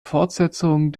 fortsetzung